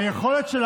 היכולת להתווכח,